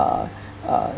uh uh